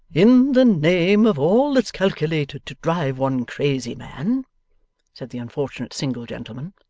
in the name of all that's calculated to drive one crazy, man said the unfortunate single gentleman,